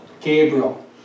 Gabriel